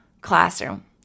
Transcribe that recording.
classroom